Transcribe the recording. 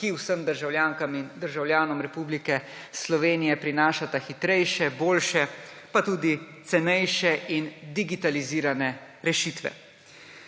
ki vsem državljankam in državljanom Republike Slovenije prinašata hitrejše, boljše pa tudi cenejše in digitalizirane rešitve.